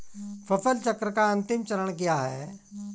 फसल चक्र का अंतिम चरण क्या है?